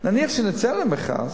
נניח שנצא למכרז,